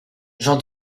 j’en